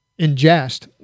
ingest